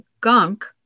gunk